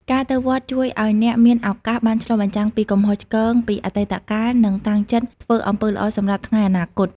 ការទៅវត្តជួយឱ្យអ្នកមានឱកាសបានឆ្លុះបញ្ចាំងពីកំហុសឆ្គងពីអតីតកាល និងតាំងចិត្តធ្វើអំពើល្អសម្រាប់ថ្ងៃអនាគត។